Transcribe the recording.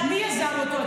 מי יזם אותו,